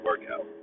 workout